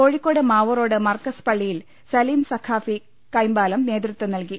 Kozhikode Mavoor road Markaz പള്ളിയിൽ സലീം സഖാഫി കൈമ്പാലം നേതൃത്വം നൽകി